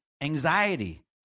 anxiety